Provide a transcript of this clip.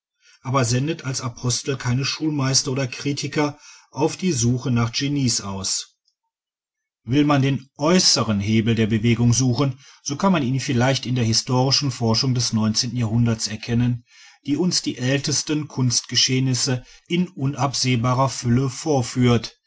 aber sendet als apostel keine schulmeister oder kritiker auf die suche nach genies aus will man den äußeren hebel der bewegung suchen so kann man ihn vielleicht in der historischen forschung des neunzehnten jahrhunderts erkennen die uns die ältesten kunstgeschehnisse in unabsehbarer fülle vorführt